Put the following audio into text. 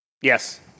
Yes